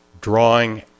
drawing